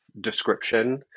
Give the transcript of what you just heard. description